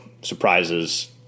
surprises